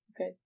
Okay